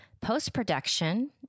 post-production